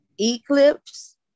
Eclipse